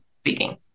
speaking